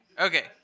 Okay